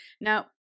Now